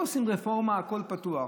לא עושים רפורמה, שהכול פתוח.